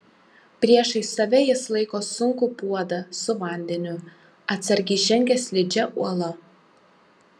priešais save jis laiko sunkų puodą su vandeniu atsargiai žengia slidžia uola